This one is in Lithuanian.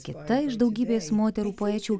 kita iš daugybės moterų poečių